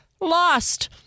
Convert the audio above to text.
lost